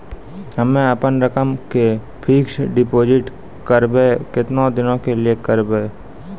हम्मे अपन रकम के फिक्स्ड डिपोजिट करबऽ केतना दिन के लिए करबऽ?